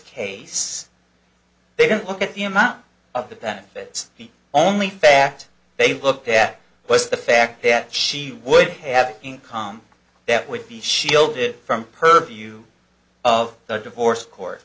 case they didn't look at the amount of the benefits the only fact they looked at was the fact that she would have an income that would be shielded from purview of the divorce court